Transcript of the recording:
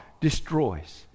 destroys